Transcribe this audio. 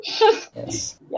Yes